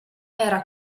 era